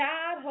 God